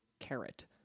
carrot